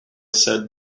said